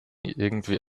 irgendwie